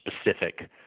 specific